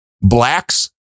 blacks